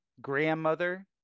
grandmother